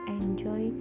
enjoy